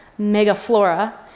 megaflora